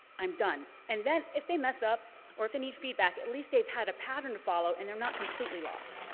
i'm done. and then, if they mess up or if they need feedback, at least they've had a pattern to follow and they're not completely lost.